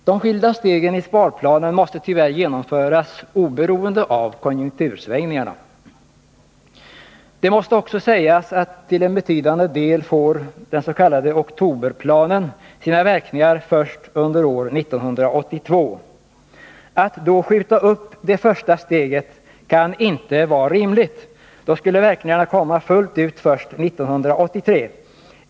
De skilda stegen i sparplanen måste tyvärr genomföras oberoende av konjunktursvängningarna. Det måste också sägas att till en betydande del får den s.k. oktoberplanen sina verkningar först under år 1982. Att då skjuta upp det första steget kan inte vara rimligt, då skulle verkningarna komma fullt ut först 1983.